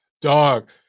Dog